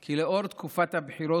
כי לאור תקופת הבחירות,